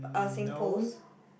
no